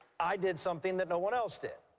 i did something that no one else did.